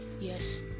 Yes